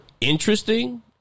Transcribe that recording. Interesting